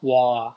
!wah!